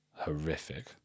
Horrific